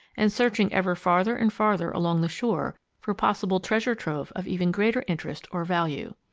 and searching ever farther and farther along the shore for possible treasure-trove of even greater interest or value.